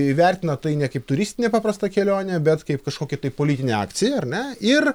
įvertina tai ne kaip turistinę paprastą kelionę bet kaip kažkokią tai politinę akciją ar ne ir